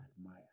Admire